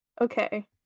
Okay